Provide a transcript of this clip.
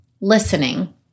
listening